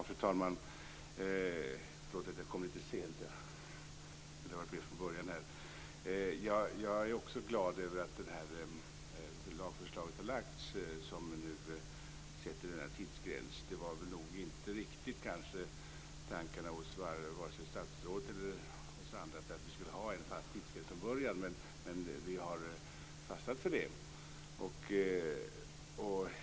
Fru talman! Jag är också glad över att ett lagförslag lagts fram som sätter en tidsgräns. Det var nog inte riktigt tanken från början hos vare sig statsråd eller andra att vi skulle ha en fast tidsgräns, men vi har fastnat för det.